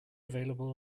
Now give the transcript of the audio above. available